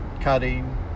cutting